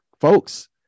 folks